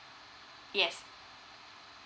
yes